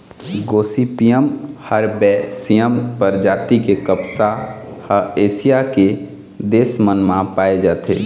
Gossypium herbaceum परजाति के कपसा ह एशिया के देश मन म पाए जाथे